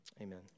Amen